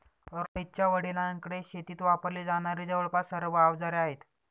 रोहितच्या वडिलांकडे शेतीत वापरली जाणारी जवळपास सर्व अवजारे आहेत